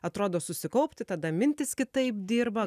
atrodo susikaupti tada mintys kitaip dirba